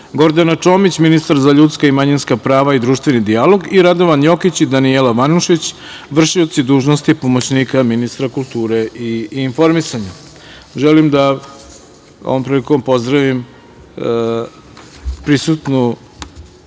Gordana Čomić, ministar za ljudska i manjinska prava i društveni dijalog i Radovan Jokić i Danijela Vanušić, vršioci dužnosti pomoćnika ministra kulture i informisanja. Želim da ovom prilikom pozdravim prisutnu